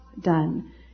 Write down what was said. done